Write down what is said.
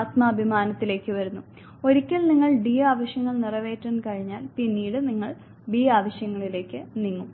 ആത്മാഭിമാനത്തിലേക്ക് വരുന്നു ഒരിക്കൽ നിങ്ങൾക്ക് ഡി ആവശ്യങ്ങൾ നിറവേറ്റാൻ കഴിഞ്ഞാൽ പിന്നീട് നിങ്ങൾ ബി ആവശ്യങ്ങളിലേക്ക് നീങ്ങും